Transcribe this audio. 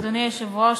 אדוני היושב-ראש,